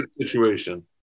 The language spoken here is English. situation